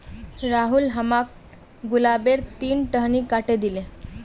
राहुल हमाक गुलाबेर तीन टहनी काटे दिले